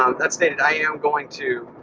um that stated, i am going to,